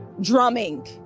drumming